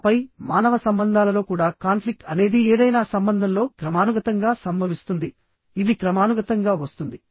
ఆపై మానవ సంబంధాలలో కూడా కాన్ఫ్లిక్ట్ అనేది ఏదైనా సంబంధంలో క్రమానుగతంగా సంభవిస్తుంది ఇది క్రమానుగతంగా వస్తుంది